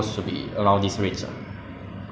like 想读要去什么 course ah